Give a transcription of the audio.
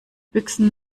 büchsen